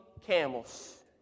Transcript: camels